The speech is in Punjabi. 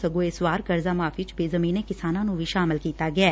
ਸਗੂਂ ਇਸ ਵਾਰ ਕਰਜ਼ਾ ਮਾਫੀ ਚ ਬੇਜ਼ਮੀਨੇ ਕਿਸਾਨਾਂ ਨੁੰ ਵੀ ਸ਼ਾਮਲ ਕੀਤਾ ਗਿਐ